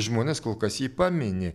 žmonės kol kas jį pamini